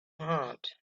heart